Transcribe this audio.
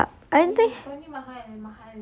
sedap I don't think